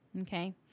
Okay